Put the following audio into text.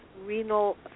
renal